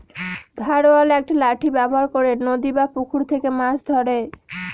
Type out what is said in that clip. ধারওয়ালা একটি লাঠি ব্যবহার করে নদী বা পুকুরে থেকে মাছ ধরে